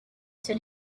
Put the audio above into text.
then